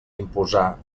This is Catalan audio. imposar